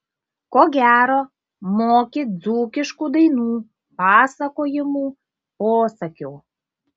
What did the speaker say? ko gero moki dzūkiškų dainų pasakojimų posakių